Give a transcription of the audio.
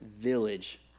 village